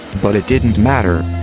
but it didn't matter.